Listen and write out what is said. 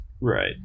Right